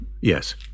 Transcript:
Yes